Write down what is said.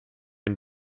den